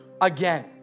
again